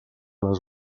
les